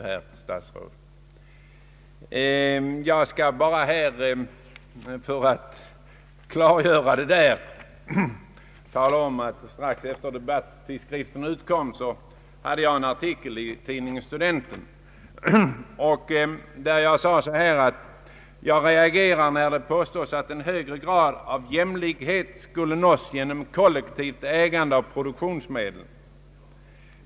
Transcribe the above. För att klargöra detta vill jag bara tala om att jag strax efter det att debattskriften utkom hade en artikel i tidningen ”Studenten”, där jag sade: ”Jag reagerar när det påstås, att en högre grad av jämlikhet skulle nås genom kollektivt ägande av produktionsmedlen.